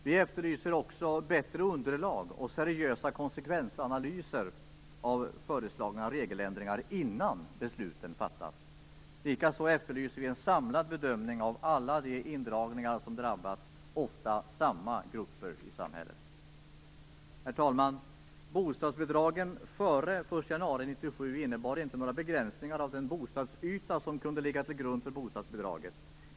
Vi efterlyser vidare bättre underlag och seriösa konsekvensanalyser av föreslagna regeländringar, innan besluten fattas. Likaså efterlyser vi en samlad bedömning av alla de indragningar som drabbat, ofta samma, grupper i samhället. Herr talman! Bostadsbidragen före den 1 januari 1997 innebar inte några begränsningar av den bostadsyta som kunde ligga till grund för bostadsbidraget.